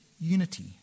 unity